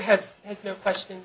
has no question